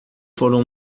foram